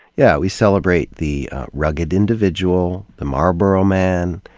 yeah we celebrate the rugged individual, the marlboro man,